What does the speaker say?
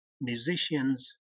musicians